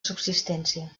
subsistència